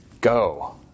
Go